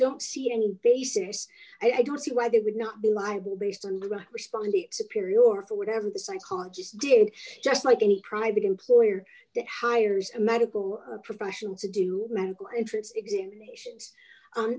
don't see any basis i don't see why they would not be liable based on grammar spondee superior or for whatever the psychologist did just like any private employer that hires a medical professional to do medical insurance examinations